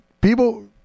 people